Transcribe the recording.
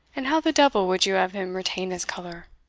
and how the devil would you have him retain his colour?